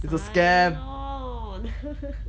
signing on